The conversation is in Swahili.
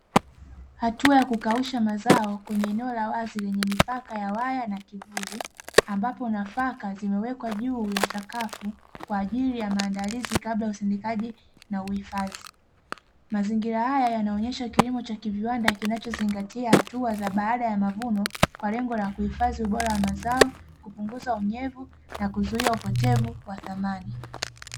Hatua ya kukausha mazao kwenye eneo la wazi lenye mpaka ya waya na kivuli, ambako nafaka zimewekwa juu ya sakafu, kwa ajili ya maandalizi kabla ya usindikaji na uhuifazi. Mazingira haya yanaonyesha kilimo cha kiviwanda, kinachozingatia hatua za baada ya mavuno kwa lengo la kuhifazi ubora wa mazao, kupunguza unyevu na kuzuia upotevu wa thamani.